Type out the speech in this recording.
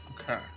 Okay